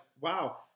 wow